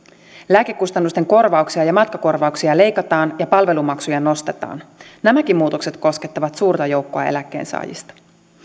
lääkekustannusten korvauksia ja matkakorvauksia leikataan ja palvelumaksuja nostetaan nämäkin muutokset koskettavat suurta joukkoa eläkkeensaajista